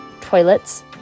toilets